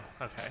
Okay